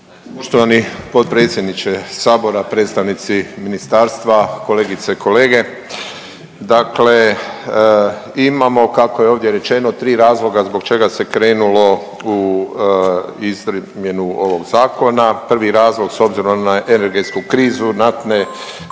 Poštovani potpredsjedniče sabora, predstavnici ministarstva, kolegice i kolege. Dakle, imamo kako je ovdje rečeno tri razloga zbog čega se krenulo u izmjenu ovog zakona. Prvi razlog s obzirom na energetsku krizu naftne